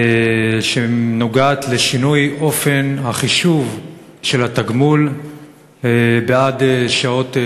שנוגעת לשינוי אופן החישוב של התגמול בעד שעות נוספות,